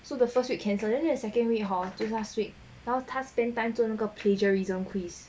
so the first week cancel then the second week hor 就 last week now 他 spend time 做那个 plagiarism quiz